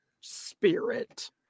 spirit